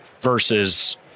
versus